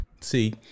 See